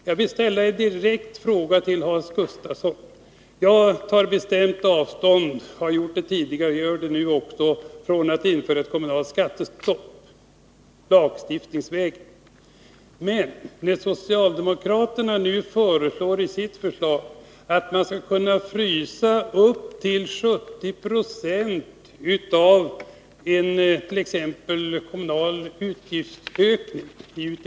Jag vill då ställa en direkt fråga till Hans Gustafsson, men jag vill först slå fast att jag tar bestämt avstånd från — jag har gjort det tidigare och jag gör det också nu — att lagstiftningsvägen införa ett kommunalt skattestopp. Socialdemokraterna föreslår att man skall kunna frysa upp till 70 96 av en höjd kommunal utdebitering på grund av utgiftsökning.